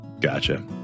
Gotcha